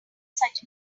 such